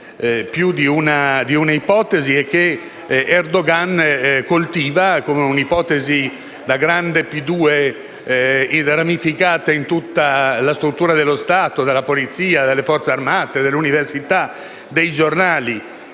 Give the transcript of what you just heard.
più di un'ipotesi. Erdogan coltiva un'ipotesi da grande P2 ramificata in tutta la struttura dello Stato: nella polizia, nelle Forze armate, nell'università, nei giornali,